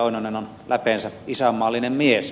oinonen on läpeensä isänmaallinen mies